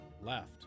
left